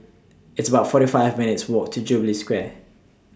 It's about forty five minutes' Walk to Jubilee Square